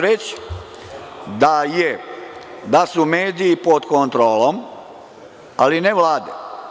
Reći ću da su mediji pod kontrolom, ali ne Vlade.